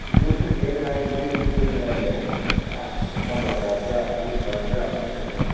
وُِچھُم کَمہِ آیہِ نِیوٗ تُہۍ تہٕ تٔمی آیہِ گژھِ اَکھ چھُ گژھان پنٛداہ ساس بیٛاکھ چھُ وُہ ساس بیٛاکھ پنٛژھ ساس